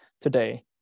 today